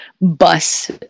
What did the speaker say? bus